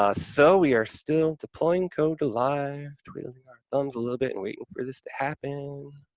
ah so, we are still deploying code to live, twiddling our thumbs a little bit and waiting for this to happen.